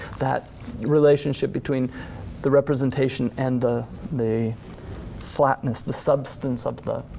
that relationship between the representation and the the flatness, the substance of the